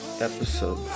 episode